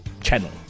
channel